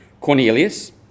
Cornelius